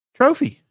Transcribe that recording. trophy